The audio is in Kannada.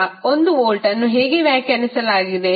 ಈಗ 1 ವೋಲ್ಟ್ ಅನ್ನು ಹೇಗೆ ವ್ಯಾಖ್ಯಾನಿಸಲಾಗಿದೆ